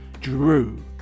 drew